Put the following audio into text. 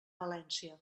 valència